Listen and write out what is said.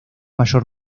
mayor